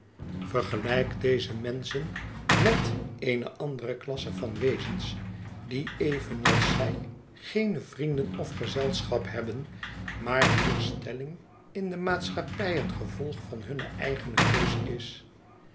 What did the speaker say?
vergelijk deze menschen met eene andere klasse van wezens die evenals zij geene vrienden of gezelschap hebben maar wier stelling in de maatschappij het gevolg van hunne eigene keus is